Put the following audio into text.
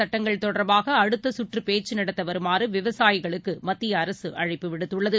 சட்டங்கள் தொடர்பாகஅடுத்தகற்றபேச்சுநடத்தவருமாறுவிவசாயிகளுக்குமத்தியஅரசுஅழைப்பு விடுத்துள்ளது